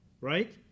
right